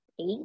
eight